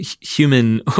human